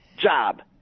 job